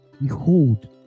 behold